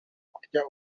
kurya